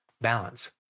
balance